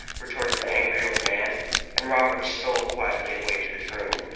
retorted the angry old man and robert stole quietly away to his room,